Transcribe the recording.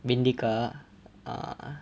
வெண்டைக்காய்:vendekkai uh